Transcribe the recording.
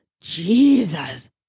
Jesus